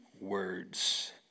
words